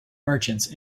merchants